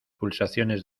pulsaciones